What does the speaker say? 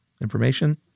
Information